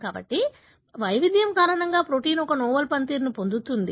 కాబట్టి వైవిధ్యం కారణంగా ప్రోటీన్ ఒక నోవెల్ పనితీరును పొందుతుంది